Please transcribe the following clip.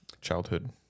childhood